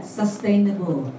sustainable